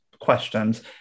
questions